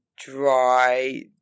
dry